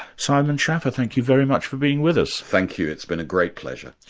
simon schaffer, thank you very much for being with us. thank you, it's been a great pleasure.